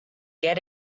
get